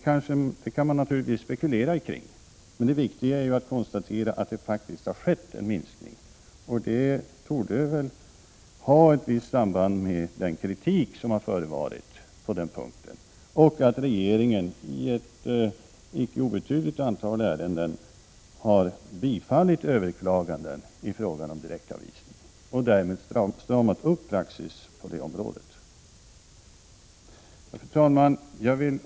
Man kan naturligtvis spekulera över orsaken, men det viktiga är ju att konstatera att det faktiskt har skett en minskning, vilket väl torde ha ett visst samband med kritiken på den här punkten och med att regeringen i ett icke obetydligt antal ärenden har bifallit överklaganden beträffande direktavvisning och därmed stramat upp praxis på detta område. Fru talman!